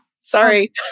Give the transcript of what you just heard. sorry